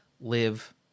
live